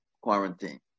quarantine